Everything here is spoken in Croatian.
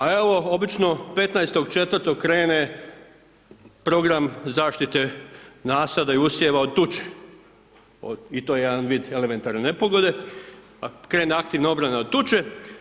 A evo, obično 15. 4. krene program zaštite nasada i usjeva od tuče i to je jedan vid elementarne nepogode, krene aktivna obrana od tuče.